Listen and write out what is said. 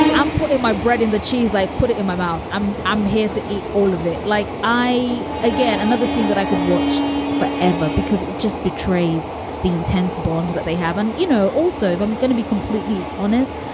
i'm put my bread in the cheese, like put it in my mouth. i'm i'm here to eat all of it. like i. again, another scene that i could watch for ever, because it just betrays the intense bond that they have. and, you know, also, i'm gonna be completely honest,